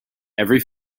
every